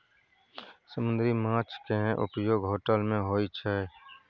समुन्दरी माछ केँ उपयोग होटल मे होइ छै